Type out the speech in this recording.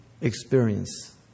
experience